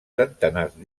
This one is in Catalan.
centenars